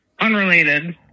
unrelated